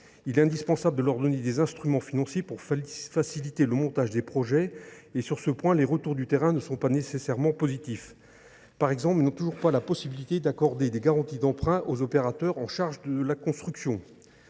il est indispensable de donner des instruments financiers pour faciliter le montage des projets. Sur ce point, les retours du terrain ne sont pas nécessairement positifs. Par exemple, les collectivités n’ont pas toujours la possibilité d’accorder des garanties d’emprunt aux opérateurs chargés de la construction.